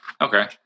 Okay